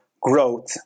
growth